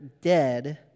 dead